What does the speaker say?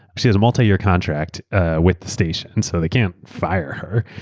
she has a multi-year contract ah with the station and so they can't fire her,